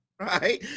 right